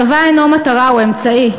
הצבא אינו מטרה, הוא אמצעי.